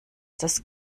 das